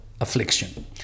affliction